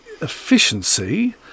efficiency